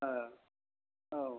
ओ औ